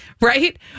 Right